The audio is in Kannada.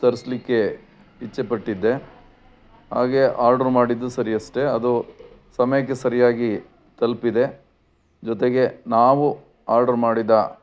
ತರಿಸ್ಲಿಕ್ಕೆ ಇಚ್ಛೆಪಟ್ಟಿದ್ದೆ ಹಾಗೇ ಆರ್ಡ್ರು ಮಾಡಿದ್ದು ಸರಿಯಷ್ಟೇ ಅದು ಸಮಯಕ್ಕೆ ಸರಿಯಾಗಿ ತಲುಪಿದೆ ಜೊತೆಗೆ ನಾವು ಆರ್ಡ್ರು ಮಾಡಿದ